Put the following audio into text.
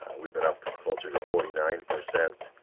we've been up closer to forty-nine percent,